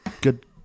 Good